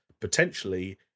potentially